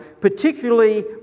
particularly